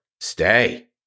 Stay